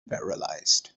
paralyzed